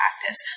practice